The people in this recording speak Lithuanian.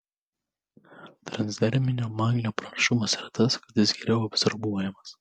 transderminio magnio pranašumas yra tas kad jis geriau absorbuojamas